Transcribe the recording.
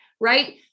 right